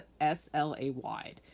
S-L-A-Y